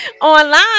online